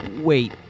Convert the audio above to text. wait